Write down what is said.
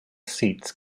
seats